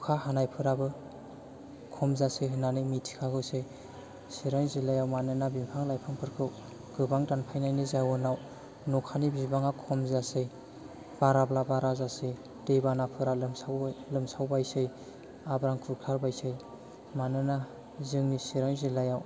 अखा हानायफोराबो खम जासै होननानै मिथिखागौसै चिरां जिल्लायाव मानोना बिफां लाइफांफोरखौ गोबां दानफायनायनि जाउनाव अखानि बिबांया खम जासै बाराब्ला बारा जासै दैबानाफोरा लोमसावबायसै हाब्रां खुरखाबायसै मानोना जोंनि चिरां जिलायाव